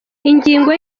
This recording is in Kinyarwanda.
ingingo